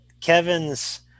Kevin's